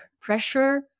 pressure